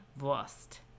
Wurst